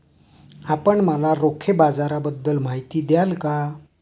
आपण मला रोखे बाजाराबद्दल माहिती द्याल का?